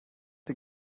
den